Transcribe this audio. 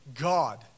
god